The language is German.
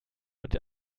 und